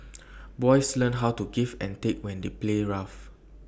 boys learn how to give and take when they play rough